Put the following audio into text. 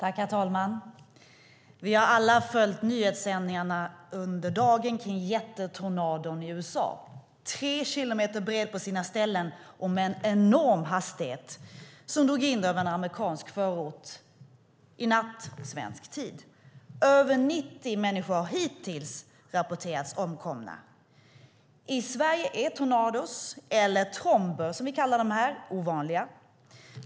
Herr talman! Vi har alla följt nyhetssändningarna under dagen kring jättetornadon i USA. Den är tre kilometer bred på sina ställen och har en enorm hastighet och drog in över en amerikansk förort i natt svensk tid. Över 90 människor har hittills rapporterats omkomna. I Sverige är tornador, eller tromber som vi kallar dem här, ovanliga.